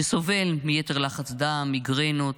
שסובל מיתר לחץ דם, מיגרנות,